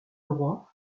droit